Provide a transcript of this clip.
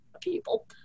people